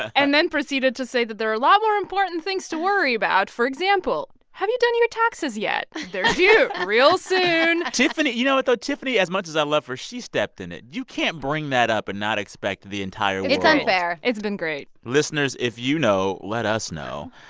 and then proceeded to say that there are a lot more important things to worry about. for example, have you done your taxes yet? they're due real soon tiffany you know what, though? tiffany, as much as i love her, she stepped in it. you can't bring that up and not expect the entire world. it's unfair it's been great listeners, if you know, let us know.